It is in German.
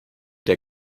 der